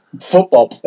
football